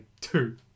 two